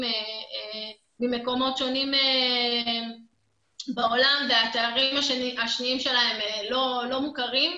ממקומות שונים בעולם והתארים השניים שלהם לא מוכרים,